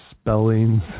spellings